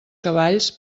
cavalls